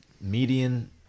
Median